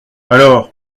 alors